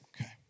Okay